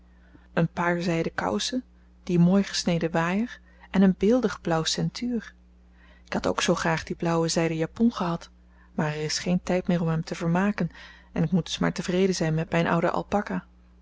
een paar zijden kousen dien mooi gesneden waaier en een beeldig blauw ceintuur ik had ook zoo graag die blauwe zijden japon gehad maar er is geen tijd meer om hem te vermaken en ik moet dus maar tevreden zijn met mijn oude